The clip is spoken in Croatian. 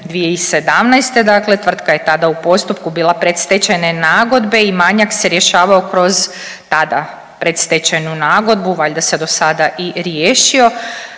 2017., dakle tvrtka je tada u postupku bila predstečajne nagodbe i manjak se rješavao kroz tada predstečajnu nagodbu. Valjda se do sada i riješio.